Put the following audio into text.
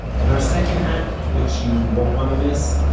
and our second act, which you won't want to miss,